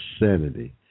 insanity